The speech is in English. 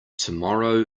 tomorrow